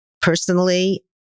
Personally